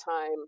time